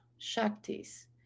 Shaktis